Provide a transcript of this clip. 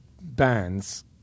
bands